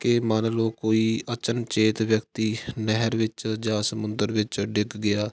ਕਿ ਮੰਨ ਲਉ ਕੋਈ ਅਚਨਚੇਤ ਵਿਅਕਤੀ ਨਹਿਰ ਵਿੱਚ ਜਾਂ ਸਮੁੰਦਰ ਵਿੱਚ ਡਿੱਗ ਗਿਆ